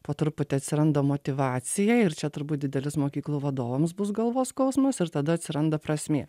po truputį atsiranda motyvacija ir čia turbūt didelis mokyklų vadovams bus galvos skausmas ir tada atsiranda prasmė